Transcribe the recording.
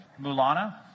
Mulana